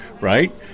right